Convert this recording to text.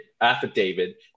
affidavit